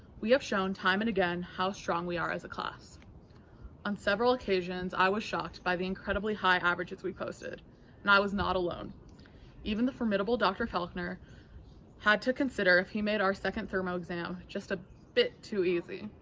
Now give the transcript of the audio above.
we have shown time and again how strong we are as a class on several occasions i was shocked by the incredibly high averages we posted and i was not alone even the formidable dr. faulkner had to consider if he made our second thermo exam just a bit too easy.